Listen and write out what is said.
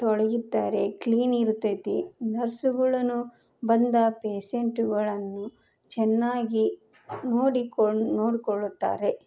ತೊಳೆಯುತ್ತಾರೆ clean ಇರ್ತೈತಿ ನರ್ಸುಗಳೂನು ಬಂದ ಪೇಸೆಂಟುಗಳನ್ನು ಚೆನ್ನಾಗಿ ನೋಡಿಕೊಂ ನೋಡಿಕೊಳ್ಳುತ್ತಾರೆ